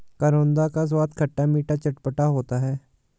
करौंदा का स्वाद खट्टा मीठा चटपटा होता है